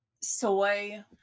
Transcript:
soy